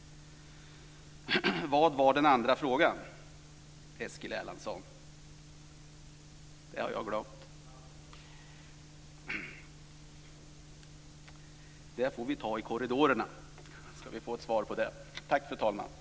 Vad var den andra frågan, Eskil Erlandsson? Den har jag glömt. Vi får ta den saken i korridorerna!